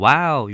Wow